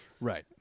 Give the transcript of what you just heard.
Right